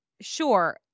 sure